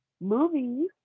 movies